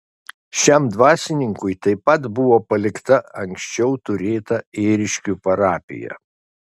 šiam dvasininkui taip pat buvo palikta anksčiau turėta ėriškių parapija